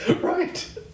Right